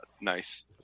nice